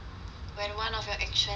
when one of your actions and the